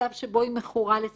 למצב שבו היא מכורה לסמים,